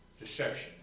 deception